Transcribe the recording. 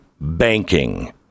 banking